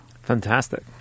Fantastic